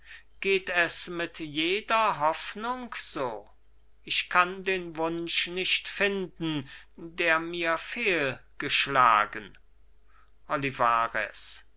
geht es mit jeder hoffnung so ich kann den wunsch nicht finden der mir fehlgeschlagen